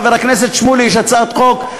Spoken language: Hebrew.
לחבר הכנסת שמולי יש הצעת חוק,